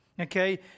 Okay